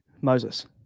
Moses